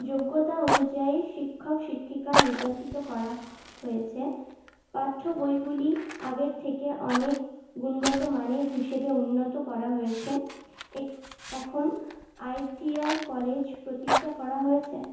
যোগ্যতা অনুযায়ী শিক্ষক শিক্ষিকা নির্বাচিত করা হয়েছে পাঠ্য বইগুলি আগের থেকে অনেক গুণগত মানের হিসেবে উন্নত করা হয়েছে এখন আইটিআই কলেজ প্রতিষ্ঠা করা হয়েছে